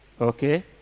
okay